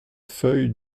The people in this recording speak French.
feuilles